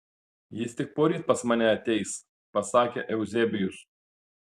jis tik poryt pas mane ateis pasakė euzebijus